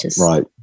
right